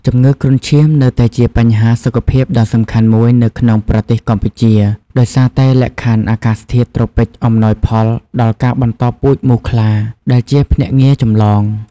ជំងឺគ្រុនឈាមនៅតែជាបញ្ហាសុខភាពដ៏សំខាន់មួយនៅក្នុងប្រទេសកម្ពុជា ដោយសារតែលក្ខខណ្ឌអាកាសធាតុត្រូពិចអំណោយផលដល់ការបន្តពូជមូសខ្លា ដែលជាភ្នាក់ងារចម្លង។